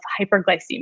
hyperglycemia